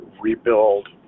rebuild